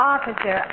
Officer